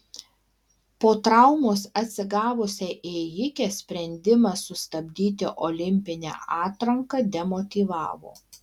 po traumos atsigavusią ėjikę sprendimas sustabdyti olimpinę atranką demotyvavo